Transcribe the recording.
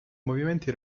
movimenti